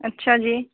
अच्छा जी